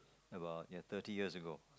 about ya thirty years ago